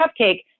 cupcake